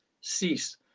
cease